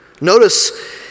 Notice